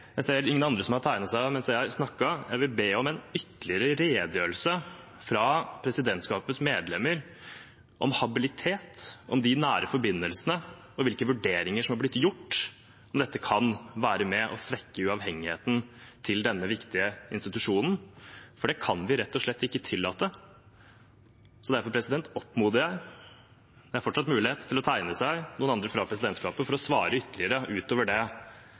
jeg at ingen andre har tegnet seg mens jeg har snakket. Jeg vil be om en ytterligere redegjørelse fra presidentskapets medlemmer om habilitet, om de nære forbindelsene og hvilke vurderinger som har blitt gjort, og om dette kan være med og svekke uavhengigheten til denne viktige institusjonen, for det kan vi rett og slett ikke tillate. Det er fortsatt mulighet for noen andre fra presidentskapet til å tegne seg for å svare ytterligere, utover det